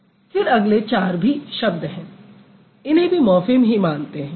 फिर अगले चार भी शब्द हैं इन्हें भी मॉर्फ़िम ही मानते हैं